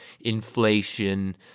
inflation